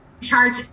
charge